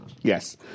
yes